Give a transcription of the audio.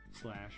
slash